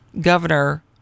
Governor